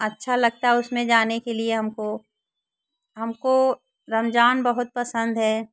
अच्छा लगता है उसमें जाने के लिए हमको हमको रमज़ान बहुत पसंद है